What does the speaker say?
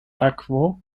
akvo